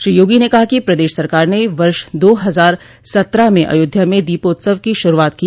श्री योगी ने कहा कि प्रदेश सरकार ने वर्ष दो हजार सत्रह में अयोध्या में दीपोत्सव की शुरूआत की